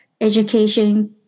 education